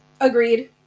agreed